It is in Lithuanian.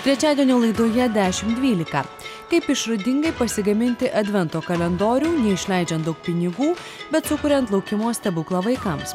trečiadienio laidoje dešimt dvylika kaip išradingai pasigaminti advento kalendorių neišleidžiant daug pinigų bet sukuriant laukimo stebuklą vaikams